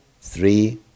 three